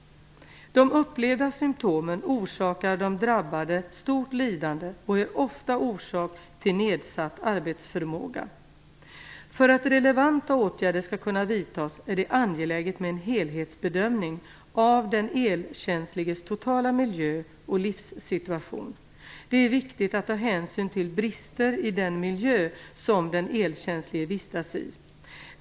De upplevda symtomen orsakar de drabbade stort lidande och är ofta orsak till nedsatt arbetsförmåga. För att relevanta åtgärder skall kunna vidtas är det angeläget med en helthetsbedömning av den elkänsliges totala miljö och livssituation. Det är viktigt att ta hänsyn till brister i den miljö som den elkänslige vistas i.